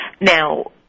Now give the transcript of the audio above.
Now